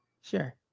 sure